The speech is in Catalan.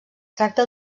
tracta